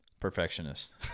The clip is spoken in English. perfectionist